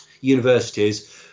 Universities